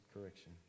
correction